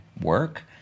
work